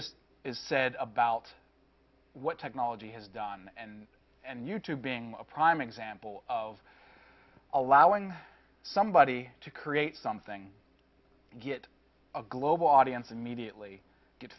ss is said about what technology has done and and you too being a prime example of allowing somebody to create something get a global audience immediately get